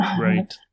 Right